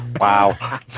Wow